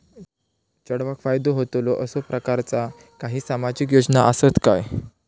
चेडवाक फायदो होतलो असो प्रकारचा काही सामाजिक योजना असात काय?